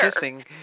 kissing